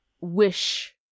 wish